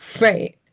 Right